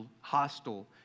hostile